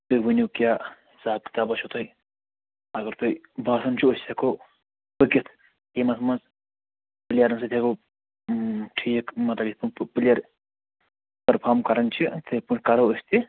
تُہۍ ؤنِو کیٛاہ حِساب کِتابا چھُو تۄہہِ اگر تۄہہِ باسان چھُو أسۍ ہیٚکو پٔکِتھ یِمن منٛز پلیرن سۭتۍ ہیٚکو ٹھیٖک مطلب یِتھٕ کٔنۍ پلیر پرٛفارٕم کران چھِ تِتھٕے پٲٹھۍ کرو أسۍ تہِ